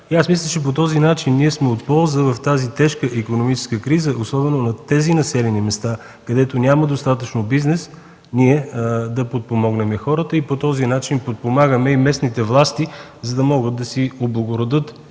аз мисля, че по този начин ние сме от полза в тази тежка икономическа криза, особено в тези населени места, където няма достатъчно бизнес – да подпомогнем хората и по този начин подпомагаме и местните власти, за да могат да си облагородят